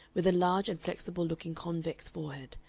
with a large inflexible-looking convex forehead,